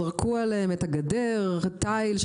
זרקו עליהם את הגדר תיל,